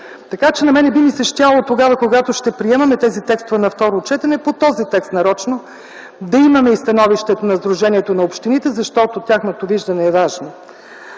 нужда. На мен би ми се щяло тогава, когато ще приемаме тези текстове на второ четене по този текст, нарочно да имаме и становището на Сдружението на общините, защото тяхното виждане е важно.